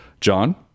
John